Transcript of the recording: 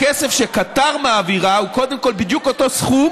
הכסף שקטאר מעבירה הוא, קודם כול, בדיוק אותו סכום